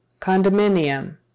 condominium